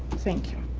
thank you.